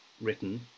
written